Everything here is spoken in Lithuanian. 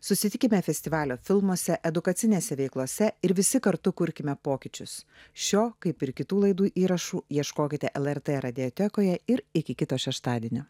susitikime festivalio filmuose edukacinėse veiklose ir visi kartu kurkime pokyčius šio kaip ir kitų laidų įrašų ieškokite lrt radiotekoje ir iki kito šeštadienio